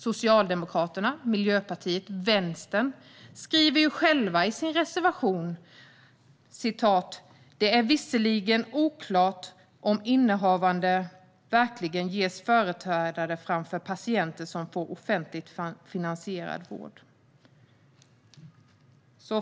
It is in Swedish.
Socialdemokraterna, Miljöpartiet och Vänstern skriver själva i sin reservation att "det är visserligen oklart om innehavare av privata sjukvårdsförsäkringar verkligen ges företräde framför patienter som får offentligt finansierad vård".